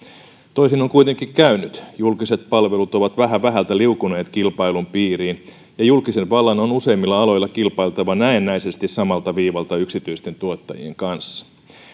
toisin on kuitenkin käynyt julkiset palvelut ovat vähä vähältä liukuneet kilpailun piiriin ja julkisen vallan on useimmilla aloilla kilpailtava näennäisesti samalta viivalta yksityisten tuottajien kanssa